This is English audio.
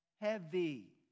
heavy